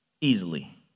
Easily